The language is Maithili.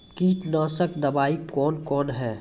कीटनासक दवाई कौन कौन हैं?